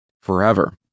forever